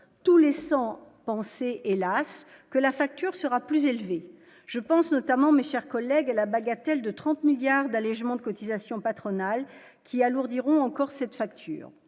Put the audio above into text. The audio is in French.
tout laissant penser, hélas, que la facture sera plus élevée, je pense, notamment, mais, chers collègues, la bagatelle de 30 milliards d'allégements de cotisations patronales qui alourdiront encore cette facture